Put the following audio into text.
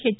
H